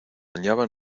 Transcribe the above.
hallaban